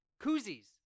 koozies